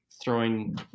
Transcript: throwing